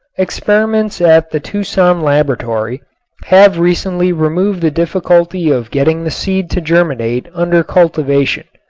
experiments at the tucson laboratory have recently removed the difficulty of getting the seed to germinate under cultivation.